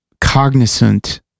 cognizant